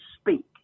speak